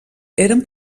eren